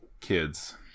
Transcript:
kids